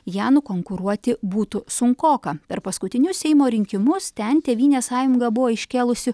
ją nukonkuruoti būtų sunkoka per paskutinius seimo rinkimus ten tėvynės sąjunga buvo iškėlusi